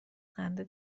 خنده